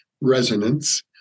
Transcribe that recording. resonance